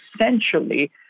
essentially